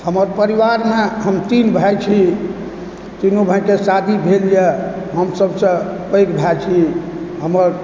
हमर परिवारमे हम तीन भाइ छी तीनो भाइके शादी भेल यऽ हम सभसँ पैघ भाइ छी हमर